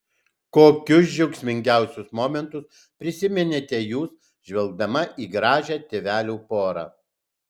kokius džiaugsmingiausius momentus prisiminėte jūs žvelgdama į gražią tėvelių porą